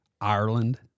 Ireland